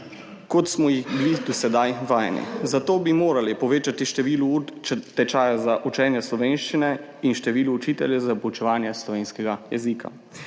kot smo jih bili do sedaj vajeni. Zato bi morali povečati število ur tečaja za učenje slovenščine in število učiteljev za poučevanje slovenskega jezika.